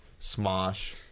Smosh